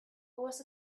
was